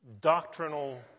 doctrinal